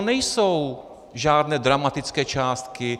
Nejsou to žádné dramatické částky.